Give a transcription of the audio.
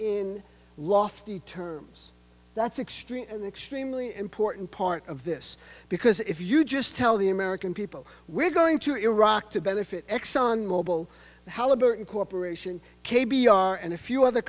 in lofty terms that's extreme and extremely important part of this because if you just tell the american people we're going to iraq to benefit exxon mobil how about incorporation k b r and a few other